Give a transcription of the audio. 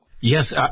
Yes